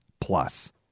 plus